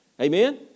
Amen